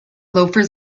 loafers